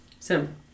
Sim